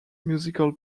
musical